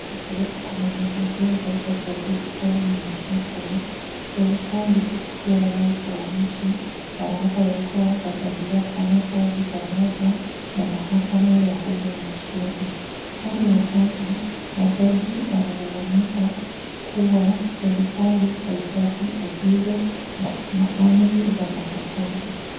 Nje kuna migogoro katika ya serikali na mahakama .Serikali pia Rais wa nchi wanaapa ya kuwa wataendelea kufanya kazi pamoja na mahakama yao humu nchini. Hadi wa sasa majaji wanalalamika kuwa serikali haifwati haki angizo amri za mahakama.